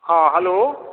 हँ हेलो